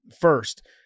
first